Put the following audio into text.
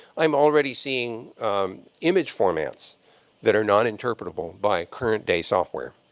i'm already seeing image formats that are noninterprettable by current-day software.